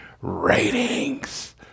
Ratings